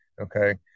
okay